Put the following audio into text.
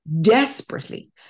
desperately